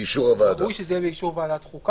באישור הוועדה.